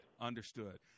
Understood